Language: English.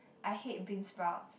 I hate beansprouts